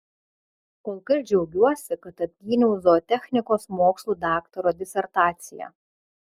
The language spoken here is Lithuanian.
kol kas džiaugiuosi kad apgyniau zootechnikos mokslų daktaro disertaciją